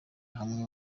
hamwe